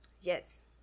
yes